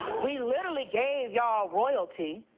we literally gave y'all royalty.